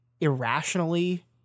irrationally